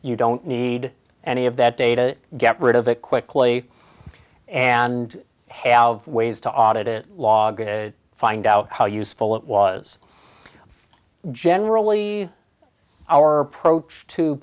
you don't need any of that data get rid of it quickly and have ways to audit it log to find out how useful it was generally our approach to